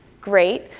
great